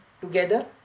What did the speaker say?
together